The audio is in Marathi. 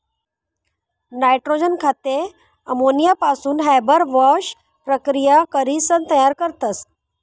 नायट्रोजन खते अमोनियापासून हॅबर बाॅश प्रकिया करीसन तयार करतस